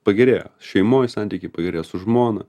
pagerėjo šeimoj santykiai pagerėjo su žmona